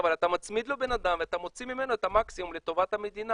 אבל אתה מצמיד לו בן אדם ואתה מוציא ממנו את המקסימום לטובת המדינה.